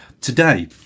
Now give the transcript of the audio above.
today